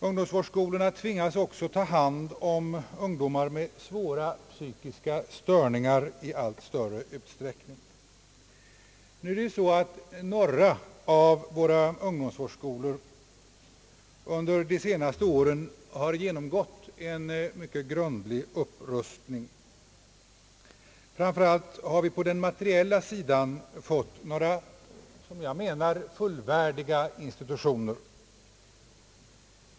Ungdomsvårdsskolorna tvingas också i allt större utsträckning att ta hand om ungdomar med svåra psykiska störningar. Några av våra ungdomsvårdsskolor har under de senaste åren genomgått en grundlig upprustning. Framför allt har vi på den materiella sidan fått några, som jag menar, fullvärdiga institutioner.